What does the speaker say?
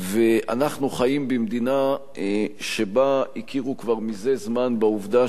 אנחנו חיים במדינה שבה כבר הכירו זה זמן בעובדה